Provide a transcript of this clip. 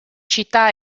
città